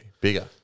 Bigger